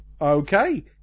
okay